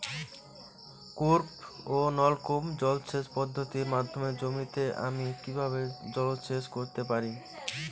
কূপ ও নলকূপ জলসেচ পদ্ধতির মাধ্যমে জমিতে আমি কীভাবে জলসেচ করতে পারি?